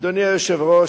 אדוני היושב-ראש,